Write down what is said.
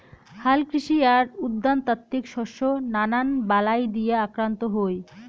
হালকৃষি আর উদ্যানতাত্ত্বিক শস্য নানান বালাই দিয়া আক্রান্ত হই